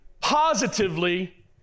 positively